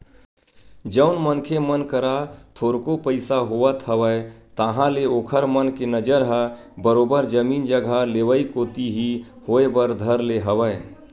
जउन मनखे मन करा थोरको पइसा होवत हवय ताहले ओखर मन के नजर ह बरोबर जमीन जघा लेवई कोती ही होय बर धर ले हवय